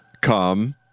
come